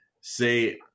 say